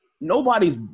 Nobody's